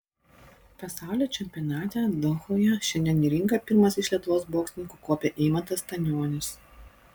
pasaulio čempionate dohoje šiandien į ringą pirmas iš lietuvos boksininkų kopė eimantas stanionis